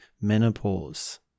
menopause